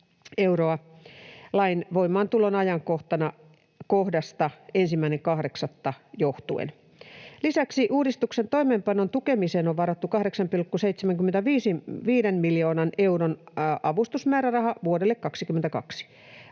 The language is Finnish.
lain voimaantulon ajankohdasta 1.8. johtuen. Lisäksi uudistuksen toimeenpanon tukemiseen on varattu 8,75 miljoonan euron avustusmääräraha vuodelle 22.